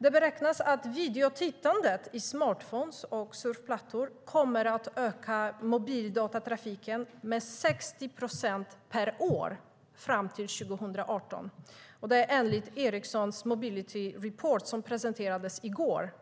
Det beräknas att videotittandet i smarta telefoner och surfplattor kommer att öka mobildatatrafiken med 60 procent per år fram till 2018, enligt Ericsson Mobility Report som presenterades i går.